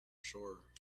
shore